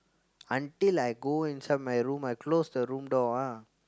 until I go inside my room I close the room door ah